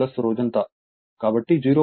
153 ఎందుకంటే ఇనుము నష్టం 0